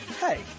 Hey